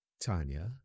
Tanya